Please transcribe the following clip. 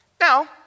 Now